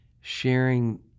sharing